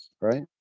right